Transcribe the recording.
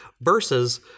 versus